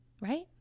right